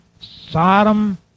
Sodom